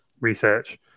research